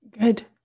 Good